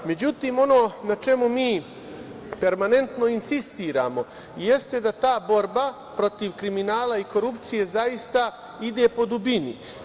Međutim ono na čemu mi permanentno insistiramo jeste da ta borba protiv kriminala i korupcije zaista ide po dubini.